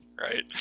right